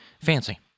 fancy